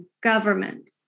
government